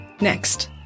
Next